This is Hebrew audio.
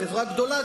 חברה גדולה,